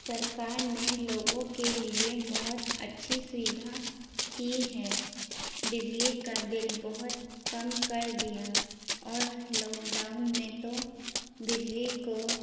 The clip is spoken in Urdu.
سرکار نے لوگوں کے لیے بہت اچھی سویدھا کی ہے بجلی کا بل بہت کم کر دیا اور لوک ڈاؤن میں تو بجلی کو